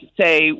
say